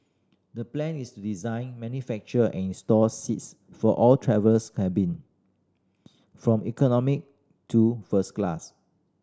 the plan is to design manufacture and install seats for all traveller's cabin from economy to first class